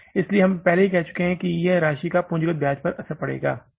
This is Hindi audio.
इसलिए हम पहले ही कह चुके हैं कि इस राशि का पूंजीगत ब्याज पर असर पड़ेगा